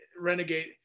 renegade